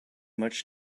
much